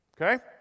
Okay